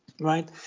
right